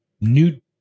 new